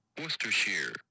Worcestershire